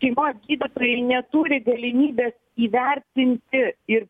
šeimos gydytojai neturi galimybės įvertinti ir